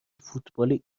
فوتبال